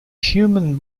human